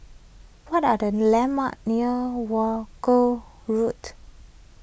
what are the landmarks near Wolskel Road